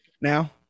now